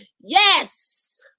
Yes